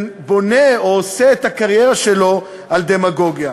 ועושה את הקריירה שלו על דמגוגיה.